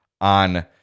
on